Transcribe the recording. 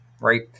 Right